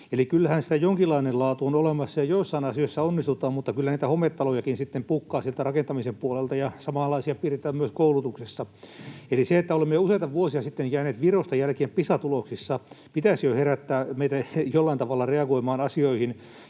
kyllähän sitä jonkinlainen laatu on olemassa ja joissain asioissa onnistutaan, mutta kyllä niitä hometalojakin sitten pukkaa sieltä rakentamisen puolelta, ja samanlaisia piirteitä on myös koulutuksessa. Eli sen, että olemme jo useita vuosia sitten jääneet Virosta jälkeen Pisa-tuloksissa, pitäisi jo herättää meitä jollain tavalla reagoimaan asioihin.